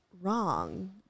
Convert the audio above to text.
wrong